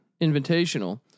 invitational